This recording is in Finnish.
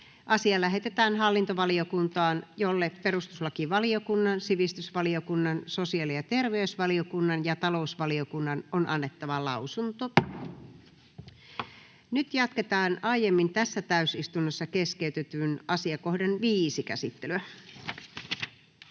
asia lähetetään hallintovaliokuntaan, jolle perustuslakivaliokunnan, sivistysvaliokunnan, sosiaali- ja terveysvaliokunnan ja talousvaliokunnan on annettava lausunto. Lähetekeskusteluun varataan tässä yhteydessä enintään 45 minuuttia, ja asian käsittelyssä